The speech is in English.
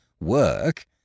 work